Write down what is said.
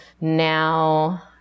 now